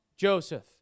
Joseph